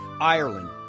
Ireland